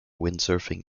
windsurfing